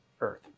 earth